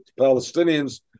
Palestinians